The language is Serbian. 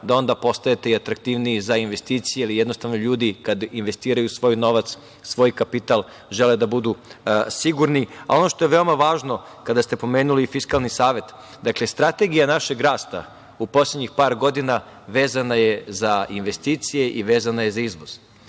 da onda postajete i atraktivniji za investicije jer jednostavno ljudi kad investiraju svoj novac, svoj kapital, žele da budu sigurni. Ono što je veoma važno kada ste pomenuli i Fiskalni savet, dakle strategija našeg rasta u poslednjih par godina vezana je za investicije i vezana je za izvoz.